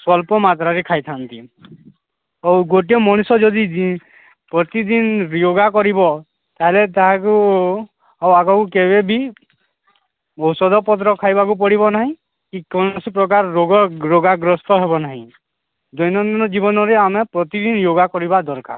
ସ୍ୱଳ୍ପ ମାତ୍ରାରେ ଖାଇଥାନ୍ତି ଆଉ ଗୋଟିଏ ମଣିଷ ଯଦି ପ୍ରତିଦିନ ୟୋଗା କରିବ ତା'ହେଲେ ତାହାକୁ ଆଉ ଆଗକୁ କେବେ ବି ଔଷଧ ପତ୍ର ଖାଇବାକୁ ପଡ଼ିବ ନାହିଁ କି କୌଣସି ପ୍ରକାର ରୋଗ ରୋଗାଗ୍ରସ୍ତ ହେବ ନାହିଁ ଦୈନନ୍ଦିନ ଜୀବନରେ ଆମେ ପ୍ରତିଦିନ ୟୋଗା କରିବା ଦରକାର